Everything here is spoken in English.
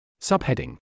Subheading